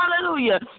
hallelujah